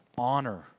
honor